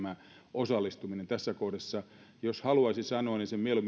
osallistuminen tässä kohdassa haluaisin sanoa sen mieluummin